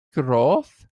growth